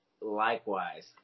likewise